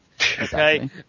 Okay